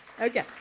Okay